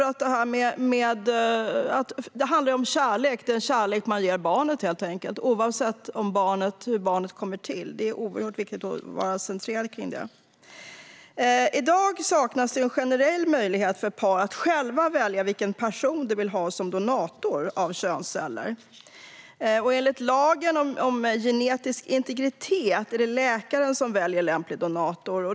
Det handlar ju om kärlek, den kärlek som man ger barnet oavsett hur barnet har kommit till. Det oerhört viktigt att ha det i centrum. I dag saknas en generell möjlighet för par att själva välja vilken person de vill ha som donator av könsceller. Enligt lagen om genetisk integritet är det läkaren som väljer lämplig donator.